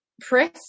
press